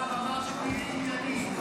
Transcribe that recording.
מירב, תהיי עניינית.